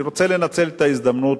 אני רוצה לנצל את ההזדמנות,